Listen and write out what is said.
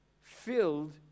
filled